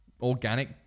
organic